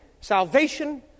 Salvation